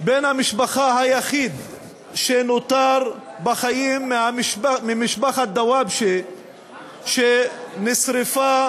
בן המשפחה היחיד שנותר בחיים ממשפחת דוואבשה שנשרפה